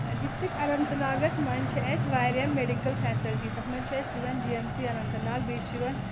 district Anant ناگس منٛز چھِ اسہِ واریاہ میڈکل فیسلٹیٖز تتھ منٛز چھِ اسہِ یِوان G M C Anantnag بیٚیہِ چھِ یِوان